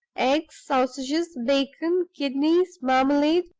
eggs, sausages, bacon, kidneys, marmalade,